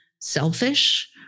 selfish